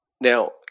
Now